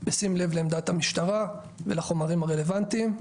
בשים לב לעמדת המשטרה ולחומרים הרלוונטיים,